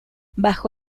bajo